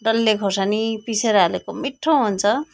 डल्ले खोर्सानी पिसेर हालेको मिठो हुन्छ